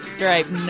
Stripe